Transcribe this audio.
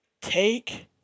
Take